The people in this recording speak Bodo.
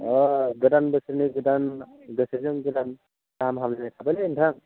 अह गोदान बोसोरनि गोदान गोसोजों गोदान गाहाम हामलायनाय थाबायलै नोंथां